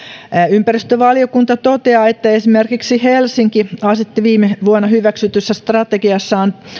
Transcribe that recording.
ympäristövaliokunta toteaa että esimerkiksi helsinki asetti viime vuonna hyväksytyssä strategiassaan